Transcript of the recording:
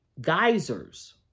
geysers